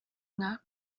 nka